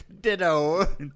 Ditto